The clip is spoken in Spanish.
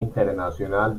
internacional